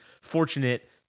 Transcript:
fortunate